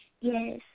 Yes